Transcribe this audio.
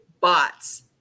bots